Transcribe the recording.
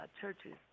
Churches